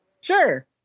Sure